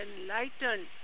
enlightened